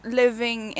living